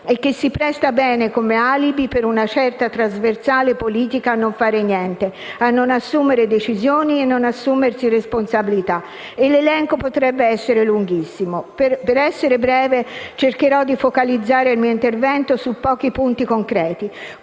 e che si presta bene come alibi per una certa trasversale politica a non fare niente, a non assumere decisioni e a non assumersi responsabilità (e l'elenco potrebbe essere lunghissimo). Per essere breve, cercherò di focalizzare il mio intervento su pochi punti concreti,